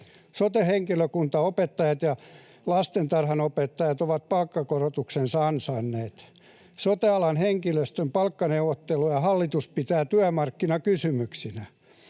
Sote-henkilökunta, opettajat ja lastentarhanopettajat ovat palkankorotuksensa ansainneet. Sote-alan henkilöstön palkkaneuvotteluja hallitus pitää työmarkkinakysymyksenä,